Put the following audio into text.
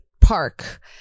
park